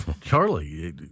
Charlie